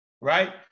right